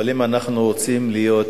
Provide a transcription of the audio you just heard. אבל אם אנחנו רוצים להיות